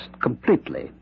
completely